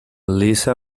lisa